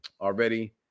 already